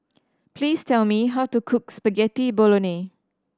please tell me how to cook Spaghetti Bolognese